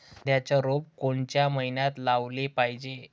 कांद्याचं रोप कोनच्या मइन्यात लावाले पायजे?